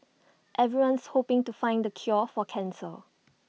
everyone's hoping to find the cure for cancer